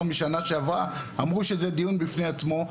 בשנה שעברה אמרו שזה דיון בפני עצמו,